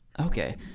Okay